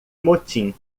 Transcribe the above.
motim